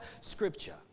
Scripture